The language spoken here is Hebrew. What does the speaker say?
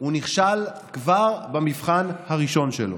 הוא נכשל כבר במבחן הראשון שלו.